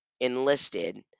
enlisted